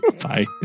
Bye